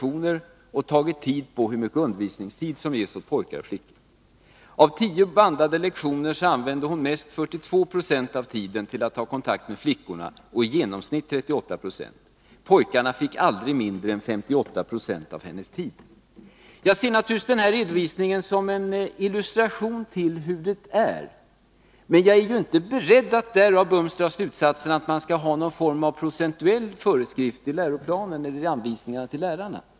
Sedan har hon tagit tid på hur mycket undervisningstid som gavs åt pojkar och flickor. Av tio bandade lektioner använde hon som mest 42 90 av tiden till att ha kontakt med flickorna och i genomsnitt 38 20. Pojkarna fick aldrig mindre än 58 20 av hennes tid. Jag ser naturligtvis den redovisningen som en illustration till hur det är, men jag är inte beredd att därav dra den slutsatsen att man skall ge någon form av procentuell föreskrift i läroplanen eller i anvisningarna till lärarna.